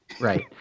Right